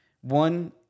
one